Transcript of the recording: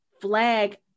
Flag